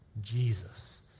Jesus